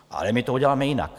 Ale my to uděláme jinak.